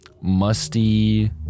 Musty